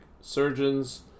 surgeons